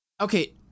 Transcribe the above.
okay